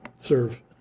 serve